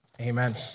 Amen